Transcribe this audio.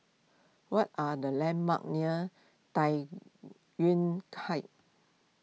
what are the landmarks near Tai Yuan Heights